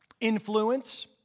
influence